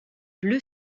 bleu